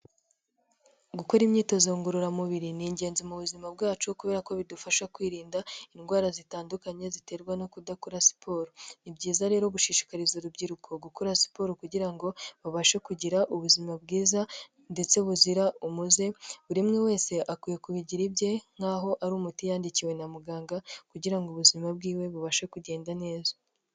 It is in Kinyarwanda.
Gukora imyitozo ngororamubiri ni ingenzi mu buzima bwacu kubera ko bidufasha kwirinda indwara zitandukanye ziterwa no kudakora siporo. Ni byiza rero gushishikariza urubyiruko gukora siporo kugira ngo babashe kugira ubuzima bwiza ndetse buzira umuze. Buri umwe wese akwiye kubigira ibye nk'aho ari umuti yandikiwe na muganga kugira ngo ubuzima bw'iwe bubashe kugenda neza.